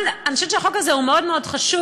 אבל אני חושבת שהחוק הזה הוא מאוד מאוד חשוב,